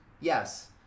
Yes